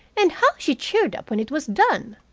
and how she cheered up when it was done!